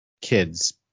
kids